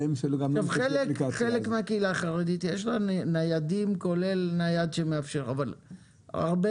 --- לחלק מהקהילה החרדית יש ניידים כולל נייד שמאפשר אבל להרבה